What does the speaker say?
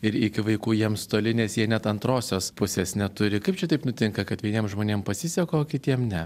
ir iki vaikų jiems toli nes jie net antrosios pusės neturi kaip čia taip nutinka kad vieniem žmonėm pasiseka o kitiem ne